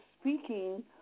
speaking